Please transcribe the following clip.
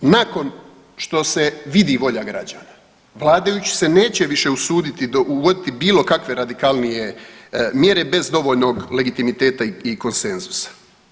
Nakon što se vidi volja građana, vladajući se neće više usuditi uvoditi bilo kakve radikalnije mjere bez dovoljnog legitimiteta i konsenzusa.